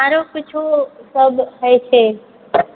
आरो किछु सब होइ छै